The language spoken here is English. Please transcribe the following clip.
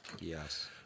yes